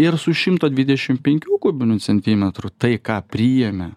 ir su šimto dvidešim penkių kubinių centimetrų tai ką priėmė